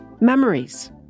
memories